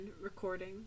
recording